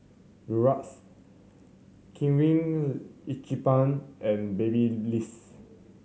Durex Kirin Ichiban and Babyliss